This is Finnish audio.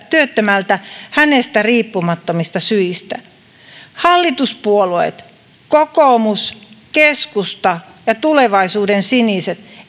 työttömältä hänestä riippumattomista syistä hallituspuolueet kokoomus keskusta ja tulevaisuuden siniset